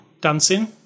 dancing